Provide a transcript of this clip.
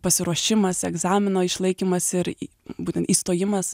pasiruošimas egzamino išlaikymas ir būtent įstojimas